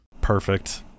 Perfect